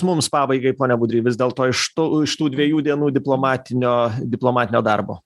mums pabaigai pone budry vis dėlto iš to iš tų dviejų dienų diplomatinio diplomatinio darbo